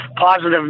positive